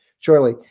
surely